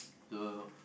so